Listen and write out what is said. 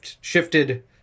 shifted